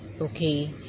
okay